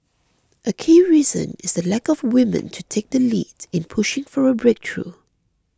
a key reason is the lack of women to take the lead in pushing for a breakthrough